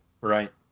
right